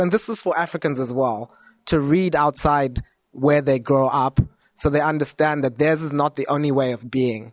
and this is for africans as well to read outside where they grow up so they understand that theirs is not the only way of being